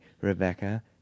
Rebecca